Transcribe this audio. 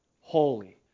holy